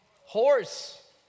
horse